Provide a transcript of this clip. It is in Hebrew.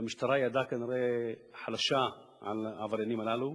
והמשטרה ידה כנראה חלשה על העבריינים הללו,